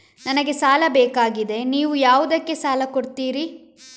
ನನಗೆ ಸಾಲ ಬೇಕಾಗಿದೆ, ನೀವು ಯಾವುದಕ್ಕೆ ಸಾಲ ಕೊಡ್ತೀರಿ?